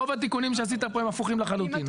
רוב התיקונים שעשית פה הם הפוכים לחלוטין,